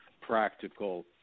practical